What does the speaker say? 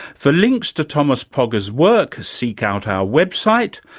for links to thomas pogge's work, seek out our website,